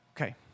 Okay